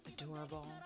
Adorable